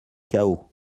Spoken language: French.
chaos